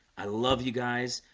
i love you guys.